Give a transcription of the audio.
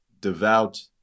devout